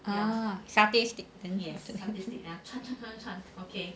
ah satay stick